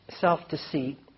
self-deceit